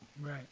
Right